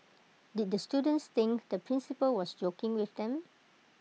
did the students think the principal was joking with them